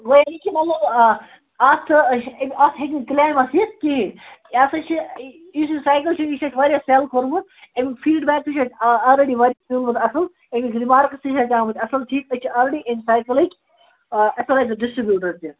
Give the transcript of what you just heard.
وۅنۍ یہِ چھُ مطلب آ اَتھ اَتھ ہیٚکہِ نہٕ کٕلیمَس یِتھ کِہیٖنٛۍ یہِ ہَسا چھُ یُس یہِ سایکل چھُ یہِ چھُ اَسہِ واریاہ سیٚل کوٚرمُت اَمیُک فیٖڈبیک تہِ چھُ اَسہِ آل آلریڈی واریاہ پٮ۪ومُت اَصٕل ایٚمیُک ریمارکٕس تہِ چھِ اَسہِ آمٕتۍ اَصٕل ٹھیٖک أسۍ چھِ آلریڈی اَمہِ سایکلٕکۍ ایٚتھارایزٕڑ ڈِسٹرٛبیٛوٗٹَر تہِ